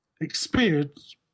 experience